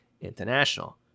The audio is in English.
International